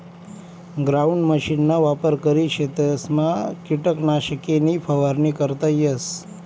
ground मशीनना वापर करी शेतसमा किटकनाशके नी फवारणी करता येस